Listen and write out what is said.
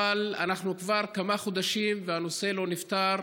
אבל אנחנו כבר כמה חודשים, והנושא לא נפתר.